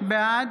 בעד